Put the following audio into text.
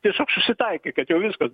tiesiog susitaikyt kad jau viskas